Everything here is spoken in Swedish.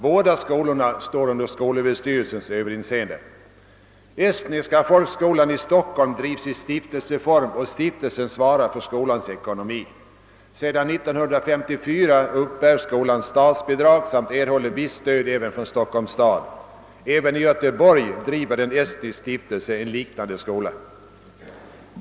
Båda skolorna står under skolöverstyrelsens överinseende. Estniska folkskolan i Stockholm drivs i stiftelseform, och stiftelsen svarar för skolans ekonomi. Sedan 1954 uppbär skolan statsbidrag samt erhåller visst stöd även från Stockholms stad. även i Göteborg driver en estnisk stiftelse en liknande skola.